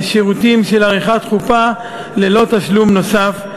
שירותים של עריכת חופה ללא תשלום נוסף.